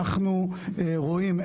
אתם לא רוצים?